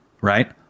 right